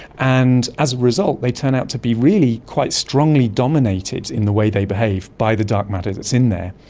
and as a result they turn out to be really quite strongly dominated in the way they behave by the dark matter that's in there.